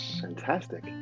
fantastic